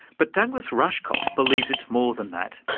but douglas rushkoff believes it's more than that.